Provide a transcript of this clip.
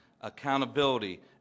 accountability